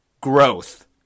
Growth